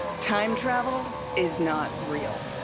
time travel? is not real.